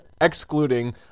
excluding